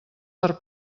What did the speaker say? per